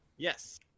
Yes